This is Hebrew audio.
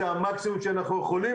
זה המקסימום שאנחנו יכולים.